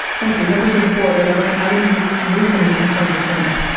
thank you. members of the board, are there any items you wish to move from the consent agenda?